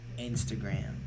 instagram